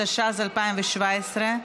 התשע"ז 2017,